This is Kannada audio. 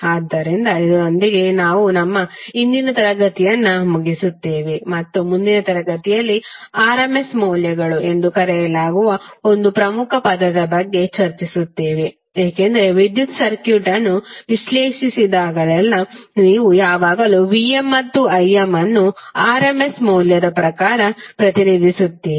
ಆದ್ದರಿಂದ ಇದರೊಂದಿಗೆ ನಾವು ನಮ್ಮ ಇಂದಿನ ತರಗತಿಯನ್ನು ಮುಗಿಸುತ್ತೇವೆ ಮತ್ತು ಮುಂದಿನ ತರಗತಿಯಲ್ಲಿ RMS ಮೌಲ್ಯಗಳು ಎಂದು ಕರೆಯಲಾಗುವ ಒಂದು ಪ್ರಮುಖ ಪದದ ಬಗ್ಗೆ ಚರ್ಚಿಸುತ್ತೇವೆ ಏಕೆಂದರೆ ವಿದ್ಯುತ್ ಸರ್ಕ್ಯೂಟ್ ಅನ್ನು ವಿಶ್ಲೇಷಿಸಿದಾಗಲೆಲ್ಲಾ ನೀವು ಯಾವಾಗಲೂ Vm ಮತ್ತು Im ಅನ್ನು RMS ಮೌಲ್ಯದ ಪ್ರಕಾರ ಪ್ರತಿನಿಧಿಸುತ್ತೀರಿ